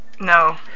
No